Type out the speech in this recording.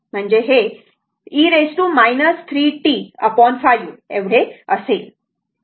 तर ते e 3t5 असेल